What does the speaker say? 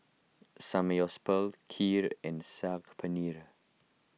Samgeyopsal Kheer and Saag Paneer